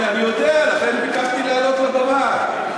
אני יודע, לכן ביקשתי לעלות לבמה.